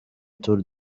tour